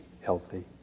healthy